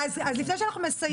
לפני שאנחנו מסיימים,